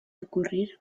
ocurrir